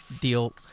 deal